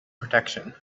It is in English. protection